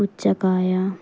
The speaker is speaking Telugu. పుచ్చకాయ